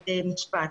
בבתי משפט,